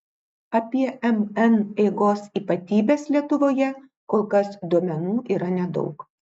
apie mn eigos ypatybes lietuvoje kol kas duomenų yra nedaug